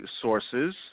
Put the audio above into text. sources